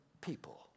people